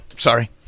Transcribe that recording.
Sorry